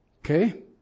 Okay